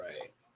Right